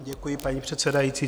Děkuji, paní předsedající.